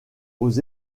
aux